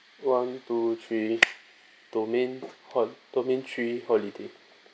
one two three domain hol domain three holiday